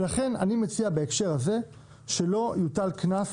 ולכן, אני מציע בהקשר הזה שלא יוטל קנס,